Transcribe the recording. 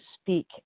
speak